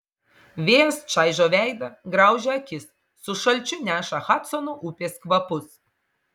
vėjas čaižo veidą graužia akis su šalčiu neša hadsono upės kvapus